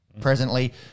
presently